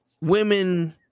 women